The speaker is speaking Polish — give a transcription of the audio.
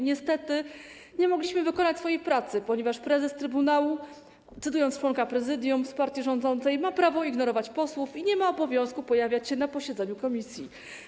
Niestety nie mogliśmy wykonać swojej pracy, ponieważ prezes trybunału, cytując członka prezydium z partii rządzącej: ma prawo ignorować posłów i nie ma obowiązku pojawiać się na posiedzeniu komisji.